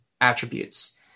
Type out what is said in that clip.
attributes